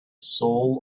soul